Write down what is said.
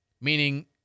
Meaning